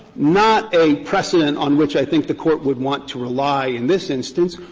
not a precedent on which i think the court would want to rely in this instance,